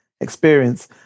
experience